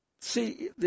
See